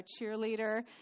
cheerleader